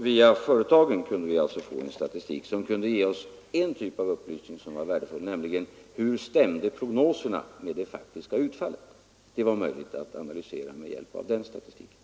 Via företagen fick vi alltså en statistik som kunde ge oss en typ av upplysning som var värdefull, nämligen om hur prognoserna stämde med det faktiska utfallet. Det var möjligt att analysera detta med hjälp av den statistiken.